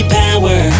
power